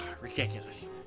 ridiculous